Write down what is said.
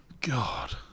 God